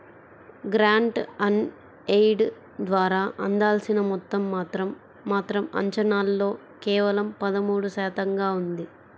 grant on aid ద్వారా అందాల్సిన మొత్తం మాత్రం మాత్రం అంచనాల్లో కేవలం పదమూడు శాతంగా ఉంది